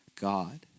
God